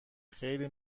خیلی